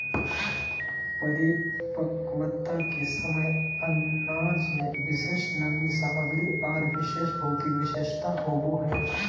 परिपक्वता के समय अनाज में विशिष्ट नमी सामग्री आर विशेष भौतिक विशेषता होबो हइ